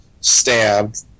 stabbed